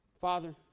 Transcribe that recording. Father